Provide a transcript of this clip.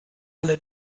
alle